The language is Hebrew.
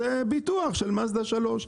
יש שם בעיות עם הביטוח?